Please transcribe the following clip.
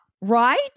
right